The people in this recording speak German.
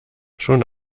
schon